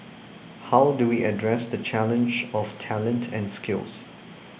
how do we address the challenge of talent and skills